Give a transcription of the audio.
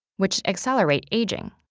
which accelerate aging.